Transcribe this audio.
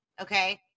okay